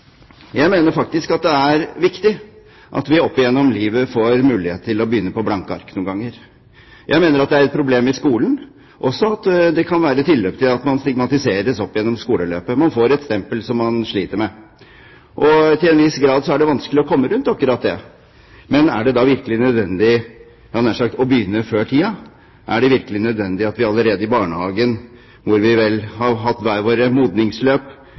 Jeg mener det er viktig at vi noen ganger opp gjennom livet får mulighet til å begynne med blanke ark. Jeg mener at det er et problem i skolen, at det kan være tilløp til at man stigmatiseres opp gjennom skoleløpet. Man får et stempel som man sliter med. Til en viss grad er det vanskelig å komme rundt akkurat det. Men er det da virkelig nødvendig – jeg hadde nær sagt – å begynne før tiden? Er det virkelig nødvendig at vi allerede i barnehagen – hvor vi vel har hatt hver våre modningsløp